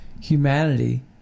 humanity